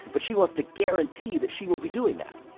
but she wants to guarantee that she will be doing that.